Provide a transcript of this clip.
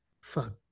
Fuck